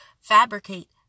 fabricate